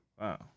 Wow